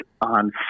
on